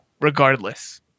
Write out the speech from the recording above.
regardless